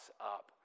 up